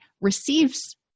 receives